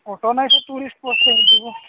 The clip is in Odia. ଅଟୋ ନାଇଁ ସାର୍ ଟୁରିଷ୍ଟ ବସ୍ରେ ଯିବୁ